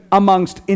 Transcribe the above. amongst